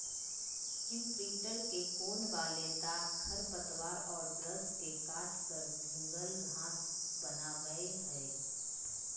imprinter के कोण वाले दांत खरपतवार और ब्रश से काटकर भिन्गल घास बनावैय हइ